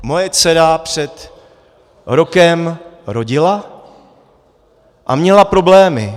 Moje dcera před rokem rodila a měla problémy.